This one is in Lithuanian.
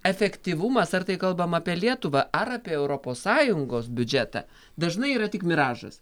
efektyvumas ar tai kalbam apie lietuvą ar apie europos sąjungos biudžetą dažnai yra tik miražas